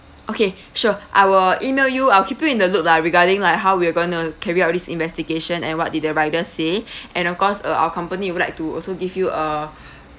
okay sure I will E-mail you I'll keep you in the loop lah regarding like how we're going to carry out this investigation and what did the rider say and of course uh our company would like to also give you a